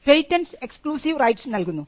patents exclusive right നൽകുന്നു